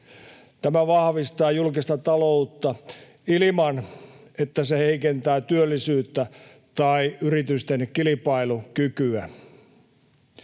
Tämä vahvistaa julkista taloutta ilman, että se heikentää työllisyyttä tai yritysten kilpailukykyä.